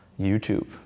youtube